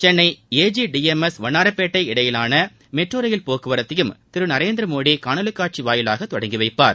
Chennai A G D M S வண்ணாரப்பேட்டை இடையே metro ரயில் போக்குவரத்தையும் திரு நரேந்திரமோடி காணொலி காட்சி வாயிலாக தொடங்கி வைப்பார்